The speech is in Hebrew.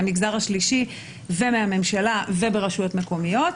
מהמגזר השלישי ומהממשלה וברשויות מקומיות.